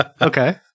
Okay